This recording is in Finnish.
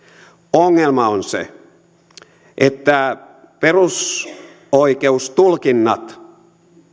ongelma on se että perusoikeustulkinnat